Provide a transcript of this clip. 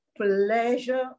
pleasure